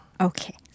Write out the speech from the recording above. Okay